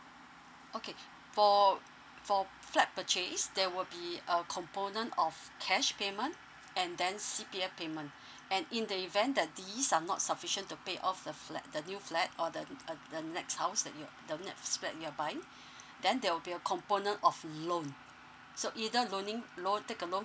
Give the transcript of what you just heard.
okay for for flat purchase there will be a component of cash payment and then C_P_F payment and in the event that these are not sufficient to pay off the flat the new flat or the uh the next house that you the next flat you're buying then there will be a component of loan so either loaning loan take a loan